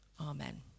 Amen